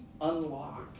unlock